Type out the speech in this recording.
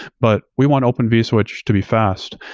but we want open vswitch to be fast,